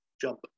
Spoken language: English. jump